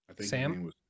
Sam